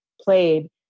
played